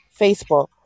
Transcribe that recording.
Facebook